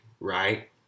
right